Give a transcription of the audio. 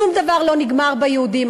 שום דבר לא נגמר ביהודים,